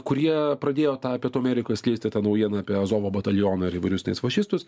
kurie pradėjo tą pietų amerikoj skleisti tą naujieną apie azovo batalioną ir įvairius tenais fašistus